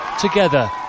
Together